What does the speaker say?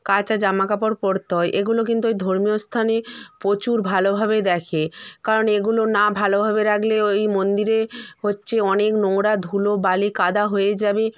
কাচা জামাকাপড় পরতে হয় এগুলো কিন্তু ওই ধর্মীয় স্থানে প্রচুর ভালোভাবে দেখে কারণ এগুলো না ভালোভাবে রাখলে ওই মন্দিরে হচ্ছে অনেক নোংরা ধুলো বালি কাদা হয়ে যাবে